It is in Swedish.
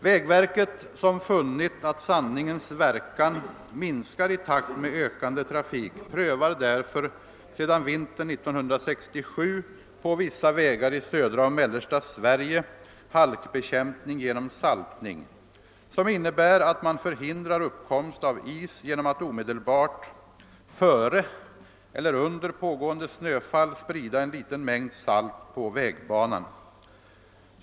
Vägverket, som funnit att sandningens verkan minskar i takt med ökande trafik, prövar därför sedan vintern 1967 på vissa vägar i södra och mellersta Sverige halkbekämpning genom saltning, som innebär att man förhindrar uppkomst av is genom att omedelbart före eller under pågående snöfall sprida en liten mängd salt på vägbanan.